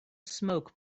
smoke